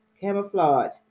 camouflage